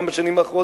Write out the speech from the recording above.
גם בשנים האחרונות,